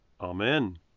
Amen